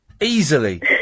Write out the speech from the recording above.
Easily